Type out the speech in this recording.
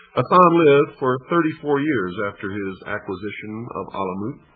um lived for thirty-four years after his acquisition of alamut.